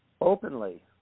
openly